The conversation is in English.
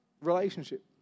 relationship